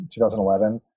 2011